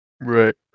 right